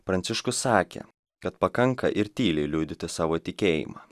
pranciškus sakė kad pakanka ir tyliai liudyti savo tikėjimą